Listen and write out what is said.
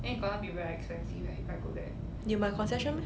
你有买 concession meh